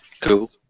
Cool